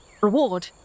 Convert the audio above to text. reward